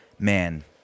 Man